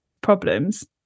problems